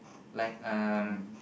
like um